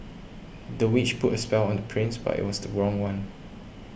the witch put a spell on the prince but it was the wrong one